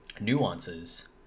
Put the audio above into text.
nuances